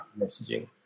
messaging